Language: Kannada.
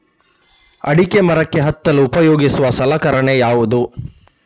ಅಡಿಕೆ ಮರಕ್ಕೆ ಹತ್ತಲು ಉಪಯೋಗಿಸುವ ಸಲಕರಣೆ ಯಾವುದು?